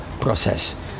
process